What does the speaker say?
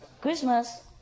Christmas